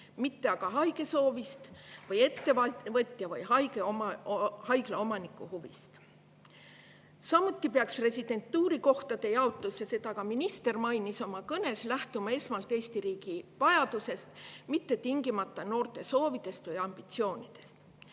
mitte aga haige soovist või ettevõtja või haigla omaniku huvist. Samuti peaks residentuurikohtade jaotus – seda mainis ka minister oma kõnes – lähtuma esmalt Eesti riigi vajadusest, mitte tingimata noorte soovidest ja ambitsioonidest.